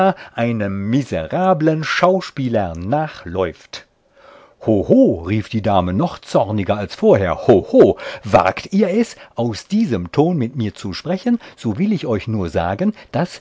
einem miserablen schauspieler nachläuft ho ho rief nun die dame noch zorniger als vorher ho ho wagt ihr es aus diesem ton mit mir zu sprechen so will ich euch nur sagen daß